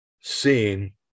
seen